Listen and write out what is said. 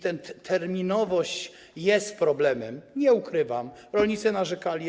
Terminowość jest problemem, nie ukrywam, rolnicy narzekali.